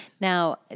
now